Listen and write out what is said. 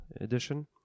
edition